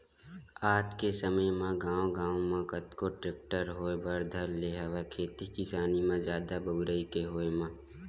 आज के समे म गांव गांव म कतको टेक्टर होय बर धर ले हवय खेती किसानी म जादा बउरई के होय म